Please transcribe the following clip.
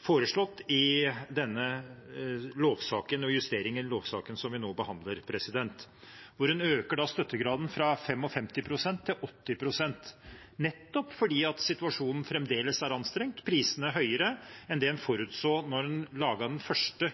foreslått i den lovsaken og justeringen som vi nå behandler, hvor en øker støttegraden fra 55 pst. til 80 pst., nettopp fordi situasjonen fremdeles er anstrengt. Prisene er høyere enn det en forutså da en laget den første